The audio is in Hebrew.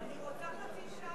אני רוצה חצי שעה